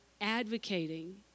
advocating